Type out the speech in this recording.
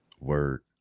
Word